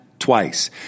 twice